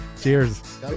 Cheers